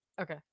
Okay